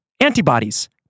Antibodies